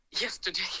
yesterday